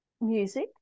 music